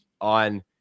on